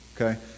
Okay